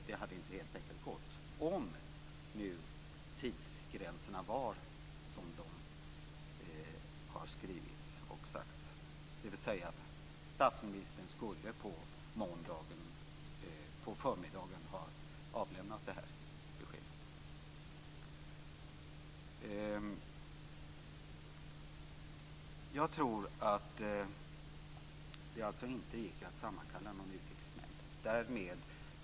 Det hade helt enkelt inte gått om nu tidsgränserna var som det har skrivits och sagts, dvs. att statsministern skulle avlämna det här beskedet på måndagförmiddagen. Jag tror alltså att det inte gick att sammankalla någon utrikesnämnd.